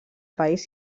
país